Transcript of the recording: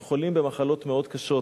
הם חולים במחלות מאוד קשות.